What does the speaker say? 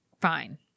fine